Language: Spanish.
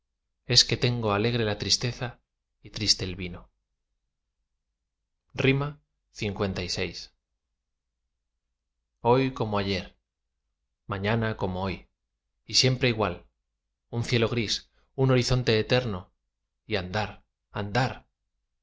es que tengo alegre la tristeza y triste el vino lvi hoy como ayer mañana como hoy y siempre igual un cielo gris un horizonte eterno y andar andar